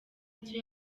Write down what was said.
icyo